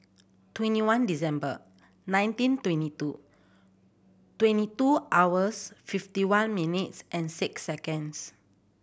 twenty one December nineteen twenty two twenty two hours fifty one minutes and six seconds